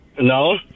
no